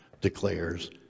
declares